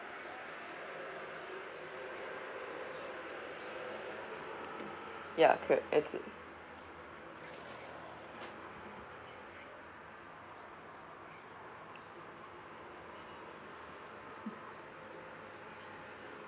ya correct that's it